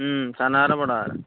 Sanghagara Badaghagara